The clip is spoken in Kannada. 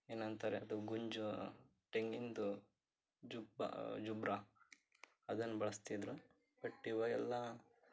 ಏನಂತಾರೆ ಅದು ಗುಂಜು ತೆಂಗಿನದು ಜುಬ್ಬಾ ಜುಬ್ರ ಅದನ್ನು ಬಳಸ್ತಿದ್ರು ಬಟ್ ಈವಾಗೆಲ್ಲ